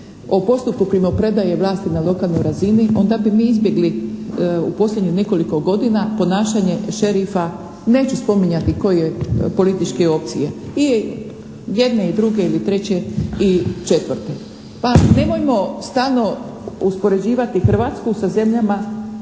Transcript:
o postupku primopredaje vlasti na lokalnoj razini onda bi mi izbjegli u posljednjih nekoliko godina ponašanje šerifa. Neću spominjati koje političke opcije. I jedne i druge ili treće i četvrte. Pa nemojmo stalno uspoređivati Hrvatsku sa zemljama